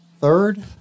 third—